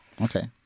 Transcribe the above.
Okay